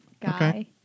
guy